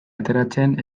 ateratzen